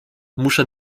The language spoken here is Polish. muszę